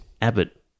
Abbott